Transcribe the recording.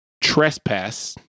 trespass